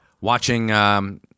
Watching